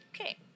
Okay